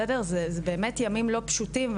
אלה באמת ימים לא פשוטים,